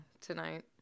tonight